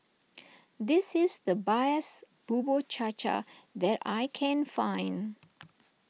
this is the bias Bubur Cha Cha that I can find